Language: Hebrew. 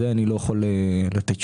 לזה אני לא יכול לתת תשובה.